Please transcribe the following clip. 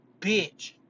bitch